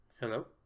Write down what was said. hello